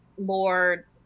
more